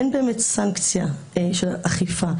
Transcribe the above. אין באמת סנקציה של אכיפה.